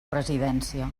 presidència